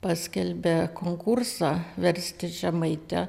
paskelbė konkursą versti žemaitę